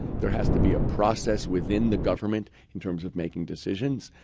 there has to be a process within the government in terms of making decisions.